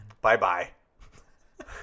Bye-bye